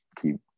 keep